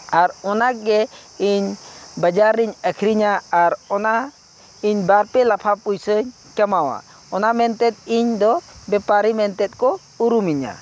ᱟᱨ ᱚᱱᱟᱜᱮ ᱤᱧ ᱵᱟᱡᱟᱨ ᱨᱤᱧ ᱟᱹᱠᱷᱨᱤᱧᱟ ᱟᱨ ᱚᱱᱟ ᱤᱧ ᱵᱟᱨᱼᱯᱮ ᱞᱟᱯᱷᱟ ᱯᱩᱭᱥᱟᱹᱧ ᱠᱟᱢᱟᱣᱟ ᱚᱱᱟ ᱢᱮᱱᱛᱮᱫ ᱤᱧᱫᱚ ᱵᱮᱯᱟᱨᱤ ᱢᱮᱱᱛᱮᱠᱚ ᱩᱨᱩᱢᱤᱧᱟᱹ